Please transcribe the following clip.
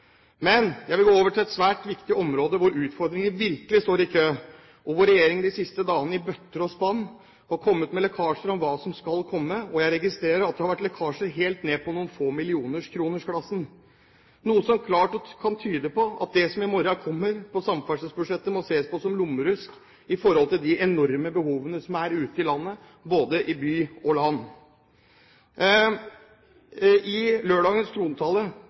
Men jeg vil gå over til et svært viktig område hvor utfordringene virkelig står i kø, og hvor regjeringen de siste dagene i bøtter og spann har kommet med lekkasjer om hva som skal komme. Og jeg registrerer at det har vært lekkasjer helt ned i noen få millioner kroners-klassen, noe som klart kan tyde på at det som i morgen kommer på samferdselsbudsjettet, må ses på som lommerusk i forhold til de enorme behovene som er ute i landet, både i by og land. I lørdagens trontale